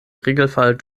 regelfall